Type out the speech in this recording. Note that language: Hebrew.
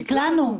נקלענו.